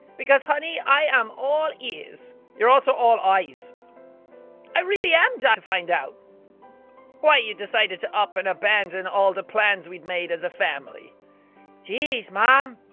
because honey i am all ears you're also all eyes i really am dying to find out why you decided to up and abandon all the plans we'd made as a family geez, mom!